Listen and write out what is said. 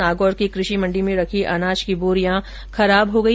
नागौर की कृषि मंडी में रखी अनाज की बोरियां खराब हो गई